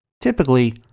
Typically